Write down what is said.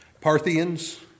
Parthians